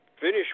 finish